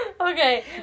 Okay